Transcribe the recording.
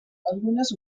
algunes